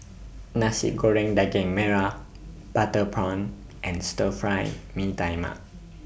Nasi Goreng Daging Merah Butter Prawn and Stir Fry Mee Tai Mak